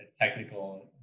technical